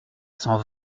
cent